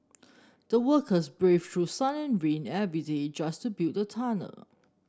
the workers braved through sun and rain every day just to build the tunnel